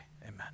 amen